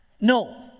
No